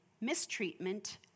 mistreatment